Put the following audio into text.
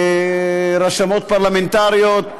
רשמות פרלמנטריות,